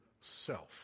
self